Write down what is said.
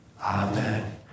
amen